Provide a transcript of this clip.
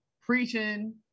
preaching